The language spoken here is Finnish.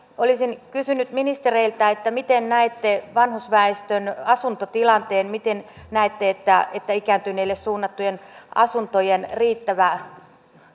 olisin kysynyt ministereiltä miten näette vanhusväestön asuntotilanteen miten näette että ikääntyneille suunnattujen asuntojen riittävä